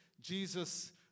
Jesus